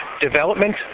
development